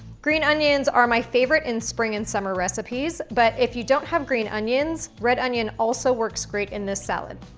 green onions are my favorite in spring and summer recipes, but if you don't have green onions, red onion also works great in this salad.